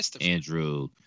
Andrew